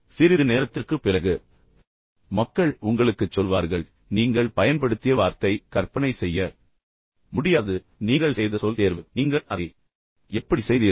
சிறிது நேரத்திற்குப் பிறகு மக்கள் உங்களுக்குச் சொல்வார்கள் நீங்கள் பயன்படுத்திய வார்த்தை கற்பனை செய்ய முடியாதது நீங்கள் செய்த சொல் தேர்வு நீங்கள் அதை எப்படி செய்தீர்கள்